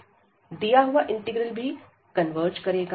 दिया हुआ इंटीग्रल भी कन्वर्ज करेगा